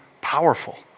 powerful